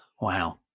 Wow